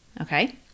okay